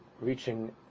reaching